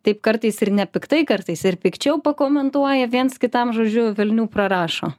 taip kartais ir nepiktai kartais ir pikčiau pakomentuoja viens kitam žodžiu velnių prirašo